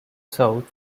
south